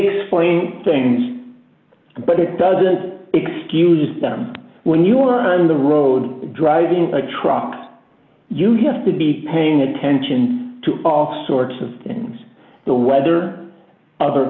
explain things but it doesn't excuse them when you're on the road driving a truck you have to be paying attention to all sorts of things the weather other